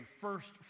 first